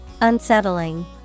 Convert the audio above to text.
unsettling